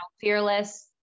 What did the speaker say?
fearless